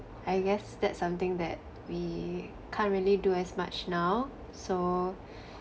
I guess that's something that we can't really do as much now so